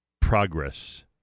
progress